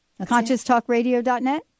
ConsciousTalkRadio.net